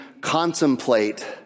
contemplate